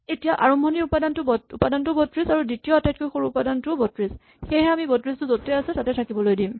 এতিয়া আৰম্ভণিৰ উপাদানটোও ৩২ আৰু দ্বিতীয় আটাইতকৈ সৰু মানটোও ৩২ সেয়ে আমি এতিয়া ৩২ টো য'তেই আছে তাতেই থাকিবলৈ দিম